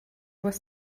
was